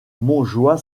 montjoie